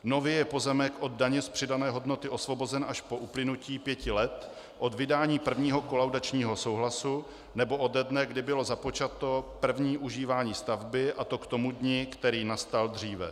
Nově je pozemek od daně z přidané hodnoty osvobozen až po uplynutí pěti let od vydání prvního kolaudačního souhlasu nebo ode dne, kdy bylo započato první užívání stavby, a to k tomu dni, který nastal dříve.